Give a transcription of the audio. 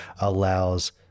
allows